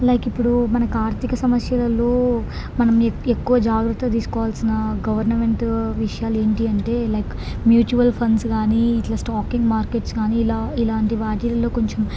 like ఇప్పుడు మనకి ఆర్థిక సమస్యలలో మనం ఎక్ ఎక్కువ జాగ్రత్తలు తీసుకోవాల్సిన గవర్నమెంటు విషయాలేంటీ అంటే లైక్ మ్యూచ్యువల్ ఫండ్స్ కానీ ఇట్లా స్టాక్ మార్కెట్స్ కానీ ఇలా ఇలాంటి వాటిల్లో కొంచెం